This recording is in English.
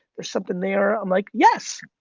there's something there, i'm like, yes.